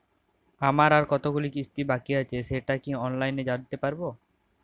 আমার আর কতগুলি কিস্তি বাকী আছে সেটা কি অনলাইনে জানতে পারব?